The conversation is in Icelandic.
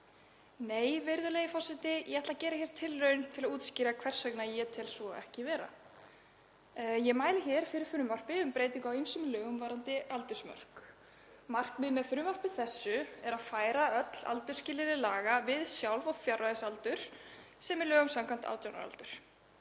Nei, virðulegi forseti. Ég ætla að gera hér tilraun til að útskýra hvers vegna ég tel svo ekki vera. Ég mæli hér fyrir frumvarpi um breytingu á ýmsum lögum varðandi aldursmörk. Markmiðið með frumvarpi þessu er að færa öll aldursskilyrði laga við sjálfræðis- og fjárræðisaldur sem er samkvæmt lögum 18 ára aldur.